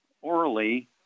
orally